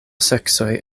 seksoj